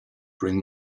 bring